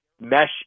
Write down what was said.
mesh